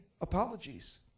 apologies